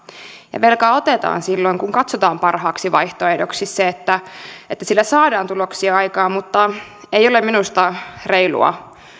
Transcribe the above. ja velkaa otetaan silloin kun katsotaan parhaaksi vaihtoehdoksi se että että sillä saadaan tuloksia aikaan mutta ei ole minusta reilua